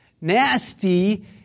nasty